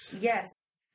Yes